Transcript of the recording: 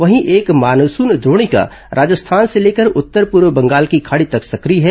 वहीं एक मानसून द्रोणिका राजस्थान से लेकर उत्तर पूर्व बंगाल की खाड़ी तक सक्रिय है